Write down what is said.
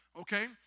Okay